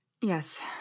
Yes